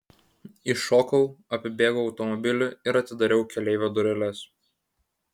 iššokau apibėgau automobilį ir atidariau keleivio dureles